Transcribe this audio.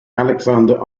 alexander